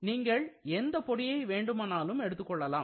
நீங்கள் எந்த பொடியை வேண்டுமானாலும் எடுத்துக் கொள்ளலாம்